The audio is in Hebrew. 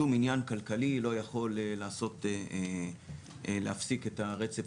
שום עניין כלכלי לא יכול להפסיק את הרצף